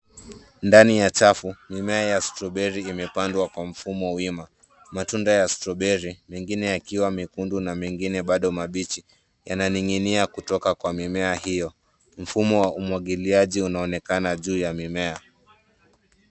Ndani ya chafu mimea ya stroberi imepandwa kwa mfumo wima. Matunda ya stroberi, mengine yakiwa mekundu na mengine bado mabichi, yananing'inia kutoka kwa mimea hio . Mfumo wa umwagiliaji unaonekana juu ya mimea.